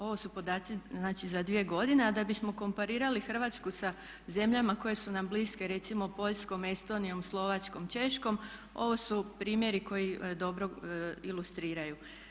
Ovo su podaci znači za 2 godine, a da bismo komparirali Hrvatsku sa zemljama koje su nam bliske recimo Poljskom, Estonijom, Slovačkom, Češkom ovo su primjeri koji dobro ilustriraju.